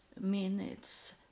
Minutes